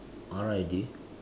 R I D